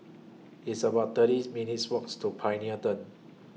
It's about thirties minutes' Walks to Pioneer Turn